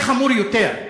זה חמור יותר.